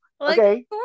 okay